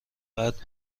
بعد